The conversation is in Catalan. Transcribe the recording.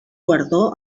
guardó